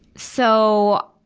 so,